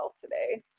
today